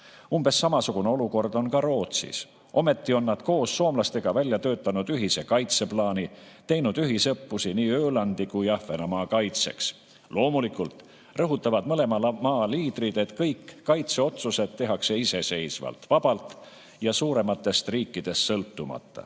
Umbes samasugune olukord on ka Rootsis. Ometi on nad koos soomlastega välja töötanud ühist kaitseplaani, teinud ühisõppusi nii Ölandi kui ka Ahvenamaa kaitseks. Loomulikult rõhutavad mõlema maa liidrid, et kõik kaitseotsused tehakse iseseisvalt, vabalt ja suurematest riikidest sõltumata.